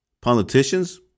politicians